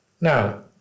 Now